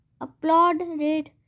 applauded